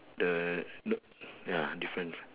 the ya difference